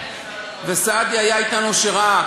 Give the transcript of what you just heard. וסעדי היה אתנו וראה,